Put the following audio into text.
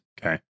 Okay